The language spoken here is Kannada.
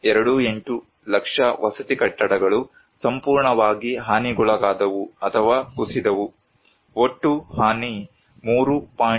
28 ಲಕ್ಷ ವಸತಿ ಕಟ್ಟಡಗಳು ಸಂಪೂರ್ಣವಾಗಿ ಹಾನಿಗೊಳಗಾದವು ಅಥವಾ ಕುಸಿದವು ಒಟ್ಟು ಹಾನಿ 3